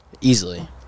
Easily